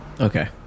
Okay